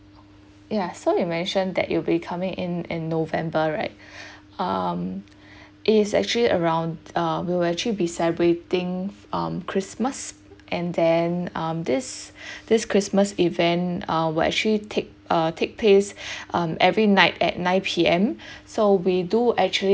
yeah so you mentioned that you'll be coming in in november right um it is actually around uh we will actually be celebrating um christmas and then um this this christmas event uh will actually take uh take place um every night at nine P_M so we do actually